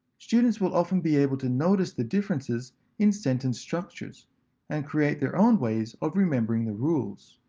students will often be able to notice the differences in sentence structures and create their own ways of remembering the rules.